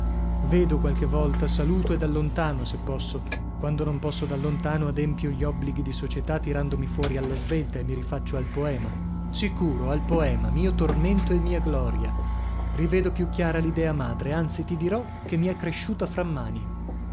vedo qualche volta saluto e da lontano se posso quando non posso da lontano adempio gli obblighi di società tirandomi fuori alla svelta e mi rifaccio al poema sicuro al poema mio tormento e mia gloria rivedo più chiara l'idea madre anzi ti dirò che mi è cresciuta fra mani